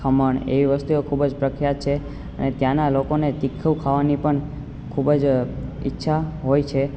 ખમણ એ વસ્તુઓ ખૂબ જ પ્રખ્યાત છે અને ત્યાં ના લોકોને તીખું ખાવાની પણ ખૂબ જ ઈચ્છા હોય છે